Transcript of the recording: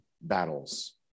battles